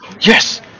yes